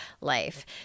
life